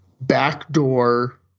backdoor